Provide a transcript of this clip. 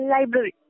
Library